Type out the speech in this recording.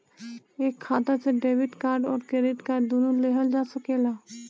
एक खाता से डेबिट कार्ड और क्रेडिट कार्ड दुनु लेहल जा सकेला?